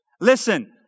Listen